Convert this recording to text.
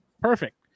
perfect